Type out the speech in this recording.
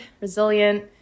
resilient